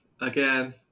again